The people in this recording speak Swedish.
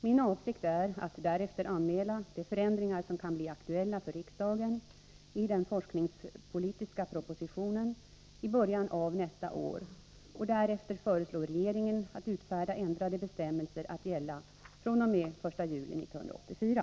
Min avsikt är att därefter anmäla de förändringar som kan bli aktuella för riksdagen i den forskningspolitiska propositionen i början av nästa år och därefter föreslå regeringen att utfärda ändrade bestämmelser att gälla fr.o.m. den 1 juli 1984.